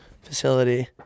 facility